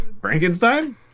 Frankenstein